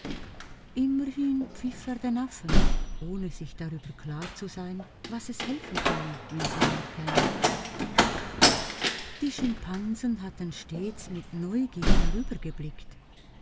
den affen ohne sich darüber klar zu sein was es helfen könne wenn sie herkamen die schimpansen hatten stets mit neugier